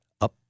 Up